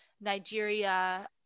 Nigeria